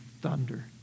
thunder